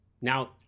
Now